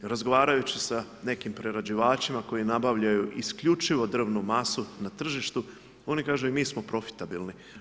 Razgovarajući sa nekim prerađivačima koji nabavljaju isključivo drvnu masu na tržištu, oni kažu i mi smo profitabilni.